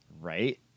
Right